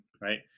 right